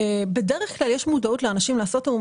בדרך כלל יש מודעות לאנשים לעשות תיאום